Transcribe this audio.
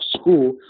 School